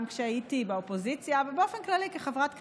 גם כשהייתי באופוזיציה ובאופן כללי כחברת כנסת,